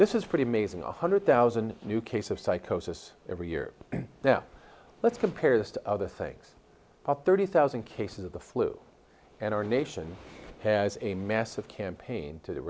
this is pretty amazing one hundred thousand new cases psychosis every year now let's compare this to other things about thirty thousand cases of the flu and our nation has a massive campaign to